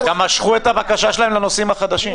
גם משכו את הבקשה שלהם לנושאים החדשים.